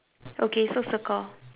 okay so circle